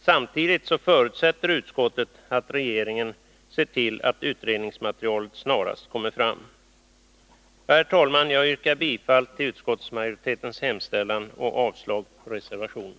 Samtidigt förutsätter utskottet att regeringen ser till att utredningsmaterialet snarast kommer fram. Herr talman! Jag yrkar bifall till utskottsmajoritetens hemställan och avslag på reservationen.